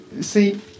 See